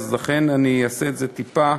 אני אעשה את זה טיפה,